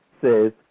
says